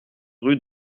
rue